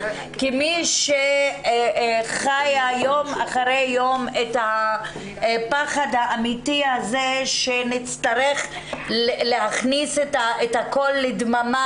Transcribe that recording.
כמי שחיה יום אחרי יום את הפחד האמיתי הזה שנצטרך להכניס את הכל לדממה